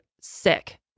Sick